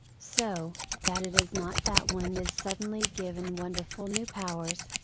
so, that it is not that one is suddenly given wonderful new powers,